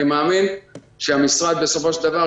אני מאמין שהמשרד בסופו של דבר,